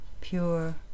pure